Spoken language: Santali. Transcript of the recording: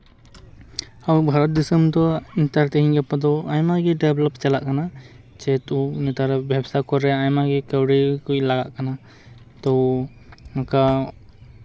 ᱟᱵᱚ ᱵᱷᱟᱨᱚᱛ ᱫᱤᱥᱚᱢ ᱫᱚ ᱱᱮᱛᱟᱨ ᱛᱮᱦᱮᱧ ᱜᱟᱯᱟ ᱫᱚ ᱟᱭᱢᱟ ᱜᱮ ᱰᱮᱵᱷᱞᱚᱯ ᱪᱟᱞᱟᱜ ᱠᱟᱱᱟ ᱡᱮᱦᱮᱛᱩ ᱱᱮᱛᱟᱨ ᱵᱮᱵᱽᱥᱟ ᱠᱚᱨᱮᱜ ᱟᱭᱢᱟ ᱜᱮ ᱠᱟᱹᱣᱰᱤ ᱠᱚ ᱞᱟᱜᱟᱜ ᱠᱟᱱᱟ ᱛᱳ ᱚᱱᱠᱟ